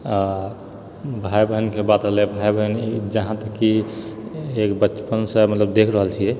आ भाइ बहिनके बात एलै भाइ बहिनी जहाँ तक कि एक बचपनसँ मतलब देख रहल छियै